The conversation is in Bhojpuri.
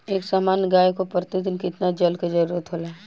एक सामान्य गाय को प्रतिदिन कितना जल के जरुरत होला?